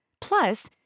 Plus